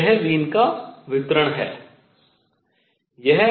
यह वीन का वितरण Wiens distribution है